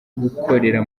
gukorera